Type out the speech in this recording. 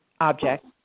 object